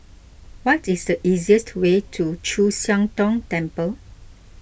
what is the easiest way to Chu Siang Tong Temple